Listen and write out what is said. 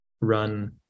run